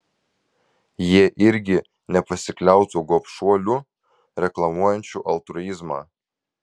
jie irgi nepasikliautų gobšuoliu reklamuojančiu altruizmą